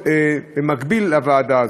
במקביל לוועדה הזאת.